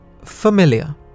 familiar